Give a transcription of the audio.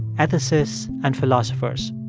ethicists and philosophers.